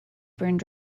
burned